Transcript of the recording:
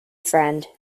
friend